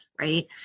right